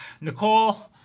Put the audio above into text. Nicole